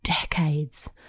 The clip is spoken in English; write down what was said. decades